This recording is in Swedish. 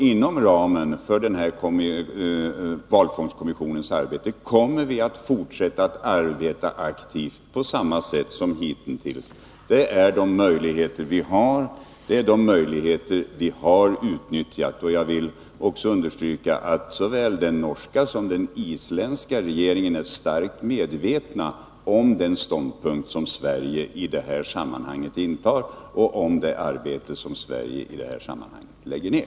Inom ramen för valfångstkommissionens arbete kommer vi att arbeta aktivt på samma sätt som hitintills. Det är de möjligheter vi har, och det är de möjligheter vi har utnyttjat. Jag vill också understryka att såväl den norska som den isländska regeringen är starkt medveten om den ståndpunkt som Sverige i det här sammanhanget intar, och om det arbete som Sverige lägger ner.